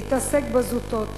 להתעסק בזוטות